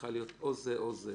צריכה להיות או זה או זה,